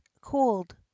cooled